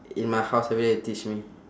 in my house every day teach me